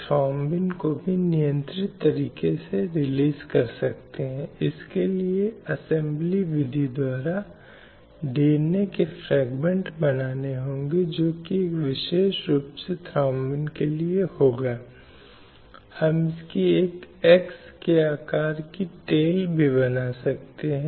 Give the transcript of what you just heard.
तो चाहे वह शिक्षा से संबंधित हो या विवाह के संबंध में या समान अवसरों भोजन और पोषण स्वास्थ्य आदि के संबंध में ये चिंता के महत्वपूर्ण क्षेत्र हैं और राष्ट्र राज्यों को यह सुनिश्चित करने के लिए उचित उपाय करने चाहिए कि कहां तक उचित कदम उठाए जाएं पूरी प्रक्रिया में बालिकाओं पर प्रतिकूल प्रभाव नहीं पड़ता है